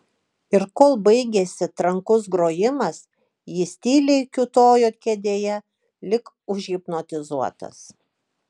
ir kol baigėsi trankus grojimas jis tyliai kiūtojo kėdėje lyg užhipnotizuotas